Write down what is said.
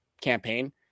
campaign